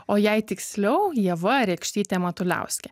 o jei tiksliau ieva rekštytė matuliauskė